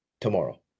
tomorrow